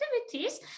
activities